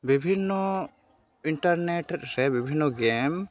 ᱵᱤᱵᱷᱤᱱᱱᱚ ᱤᱱᱴᱟᱨᱱᱮᱴ ᱥᱮ ᱵᱤᱵᱷᱤᱱᱱᱚ ᱜᱮᱢ